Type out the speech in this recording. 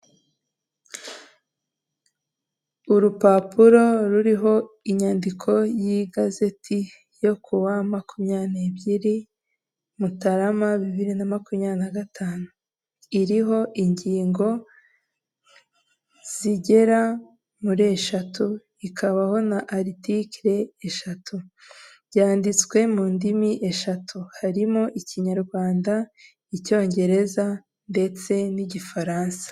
Urubuga rw'Irembo rukoreshwa n'abaturage kugira ngo bakoreshe serivisi za leta harimo kwiyandikisha gukora ikizamini cy'uruhushya rw'agateganyo gikorerwa ku mpapuro cyangwa kwiyandikisha gukora ikizamini cy'uruhushya rw'agateganyo gikorerwa kuri mudasobwa .